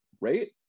right